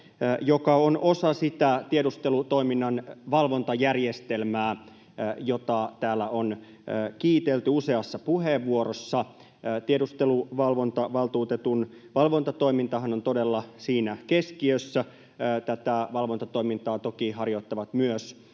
joka on osa sitä tiedustelutoiminnan valvontajärjestelmää, jota täällä on kiitelty useassa puheenvuorossa. Tiedusteluvalvontavaltuutetun valvontatoimintahan on todella siinä keskiössä. Tätä valvontatoimintaa toki harjoittavat myös